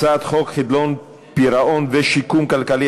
הצעת חוק חדלות פירעון ושיקום כלכלי,